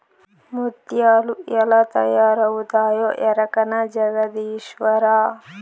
ముత్యాలు ఎలా తయారవుతాయో ఎరకనా జగదీశ్వరా